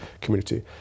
community